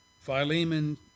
Philemon